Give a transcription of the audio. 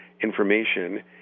information